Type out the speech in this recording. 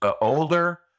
older